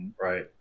Right